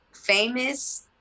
famous